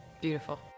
Beautiful